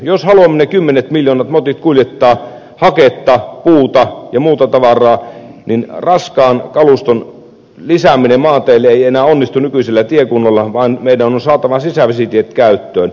jos haluamme ne kymmenet miljoonat motit kuljettaa haketta puuta ja muuta tavaraa niin raskaan kaluston lisääminen maanteille ei enää onnistu nykyisen kuntoisilla teillä vaan meidän on saatava sisävesitiet käyttöön